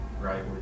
right